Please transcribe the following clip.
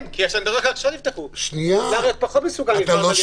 נכנסים ויוצאים.